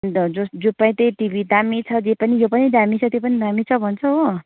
अन्त जो जो पायो त्यही टिभी दामी छ जे पनि यो पनि दामी छ त्यो पनि दामी भन्छ हो